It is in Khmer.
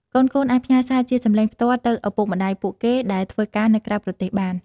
កូនៗអាចផ្ញើសារជាសម្លេងផ្ទាល់ទៅឪពុកម្ដាយពួកគេដែលធ្វើការនៅក្រៅប្រទេសបាន។